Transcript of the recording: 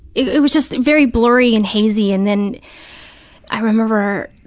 it was just very blurry and hazy, and then i remember,